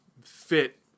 fit